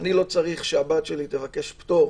אני לא צריך שהבת שלי תבקש פטור